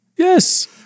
Yes